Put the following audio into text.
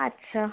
আচ্ছা